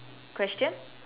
question